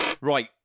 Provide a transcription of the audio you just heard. Right